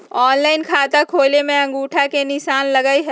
Online खाता खोले में अंगूठा के निशान लगहई?